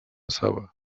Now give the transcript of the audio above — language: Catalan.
saba